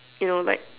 you know like